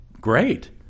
great